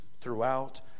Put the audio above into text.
throughout